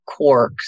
quarks